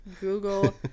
google